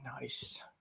nice